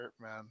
man